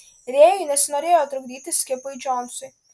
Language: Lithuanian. rėjui nesinorėjo trukdyti skipui džonsui